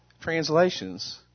translations